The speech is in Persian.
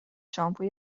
شامپو